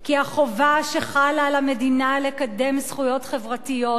כי החובה שחלה על המדינה לקדם זכויות חברתיות,